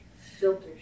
Filters